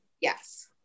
Yes